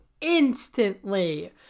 instantly